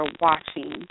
watching